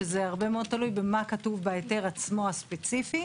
וזה הרבה מאוד תלוי במה כתוב בהיתר הספציפי עצמו.